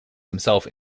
himself